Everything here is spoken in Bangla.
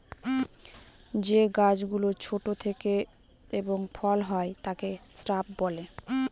যে গাছ গুলো ছোট থাকে এবং ফল হয় তাকে শ্রাব বলে